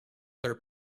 her